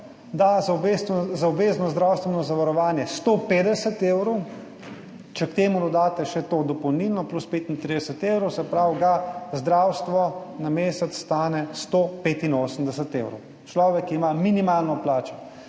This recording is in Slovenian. da za obvezno zdravstveno zavarovanje 150 evrov, če k temu dodate še to dopolnilno, plus 35 evrov, ga zdravstvo na mesec stane 185 evrov. Človeka, ki ima minimalno plačo.